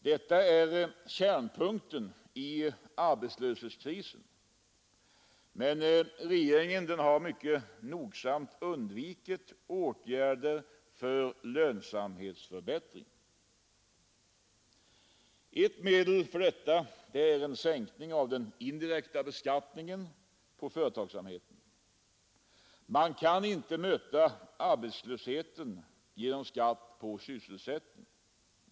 Detta är kärnpunkten i arbetslöshetskrisen, men regeringen har nogsamt undvikit åtgärder för lönsamhetsförbättring. Ett medel för detta är en sänkning av den indirekta beskattningen på företagsamheten. Man kan inte möta arbetslösheten genom skatt på sysselsättningen.